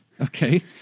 Okay